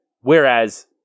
Whereas